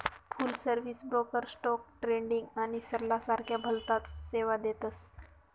फुल service broker stock trading आणि सल्ला सारख्या भलताच सेवा देतस